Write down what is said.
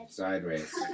sideways